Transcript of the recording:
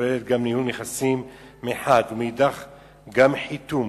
הכוללת ניהול נכסים מחד גיסא וחיתום